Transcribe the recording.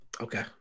okay